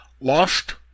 Lost